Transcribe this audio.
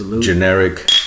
generic